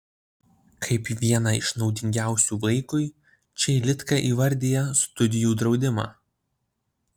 kaip vieną iš naudingiausių vaikui čeilitka įvardija studijų draudimą